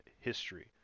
history